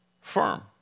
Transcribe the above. firm